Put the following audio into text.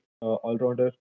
all-rounder